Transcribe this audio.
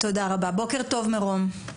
בוקר טוב מרום.